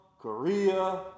Korea